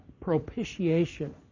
propitiation